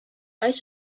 eis